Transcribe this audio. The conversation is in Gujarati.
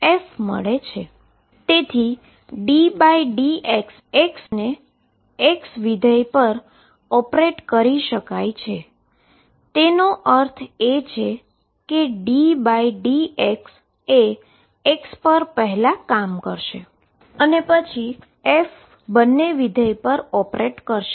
તેથી ddx એ x ફંક્શન પર ઓપરેટ કરશે અને એનો અર્થ છે કે ddx એ x પર પહેલા કામ કરશે અને પછી f બંને ફંક્શન પર ઓપરેટ કરશે